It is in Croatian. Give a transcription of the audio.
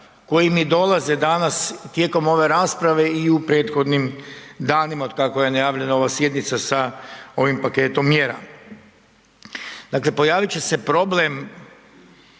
koji mi dolaze danas tijekom ove rasprave i u prethodnim danima od kako je najavljena ova sjednica sa ovim paketom mjera. Dakle, pojavit će se problem